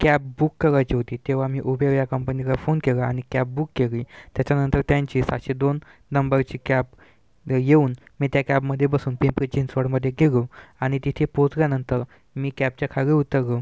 cab book करायची होती तेव्हा मी उबेर या कंपनीला फोन केला आणि कॅब बुक केली त्याच्यानंतर त्यांची सातशे दोन नंबरची कॅब येऊन मी त्या कॅबमध्ये बसून पिंपरी चिंचवड मध्ये गेलो आणि तिथे पोहोचल्यानंतर मी कॅबच्या खाली उतरलो